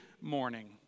morning